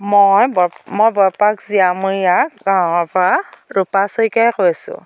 মই বৰ মই বৰপাক জীয়ামৰীয়া গাঁৱৰপৰা ৰূপা শইকীয়াই কৈ আছো